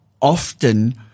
often –